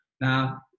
now